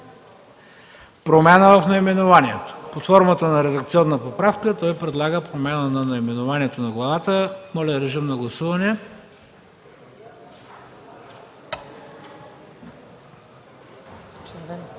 промяна в наименованието на главата – под формата на редакционна поправка, той предлага промяна на наименованието на главата. Моля, режим на гласуване.